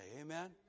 Amen